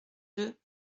deux